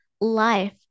life